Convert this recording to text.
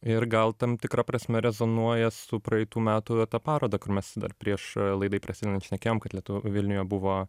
ir gal tam tikra prasme rezonuoja su praeitų metų ta paroda kur mes dar prieš laidai prasidedant šnekėjom kad lietu vilniuje buvo